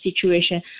situation